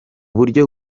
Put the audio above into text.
buryo